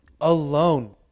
alone